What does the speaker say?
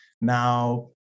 now